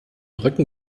rücken